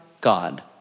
God